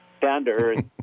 Down-to-earth